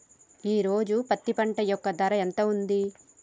ఈ రోజు పత్తి పంట యొక్క ధర ఎంత ఉంది?